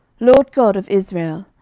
lord god of israel,